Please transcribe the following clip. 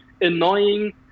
annoying